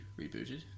rebooted